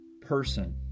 person